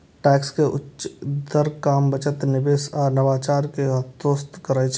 tax के उच्च दर काम, बचत, निवेश आ नवाचार कें हतोत्साहित करै छै